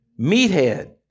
Meathead